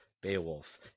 Beowulf